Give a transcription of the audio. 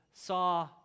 saw